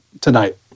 tonight